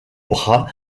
bras